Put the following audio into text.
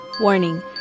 Warning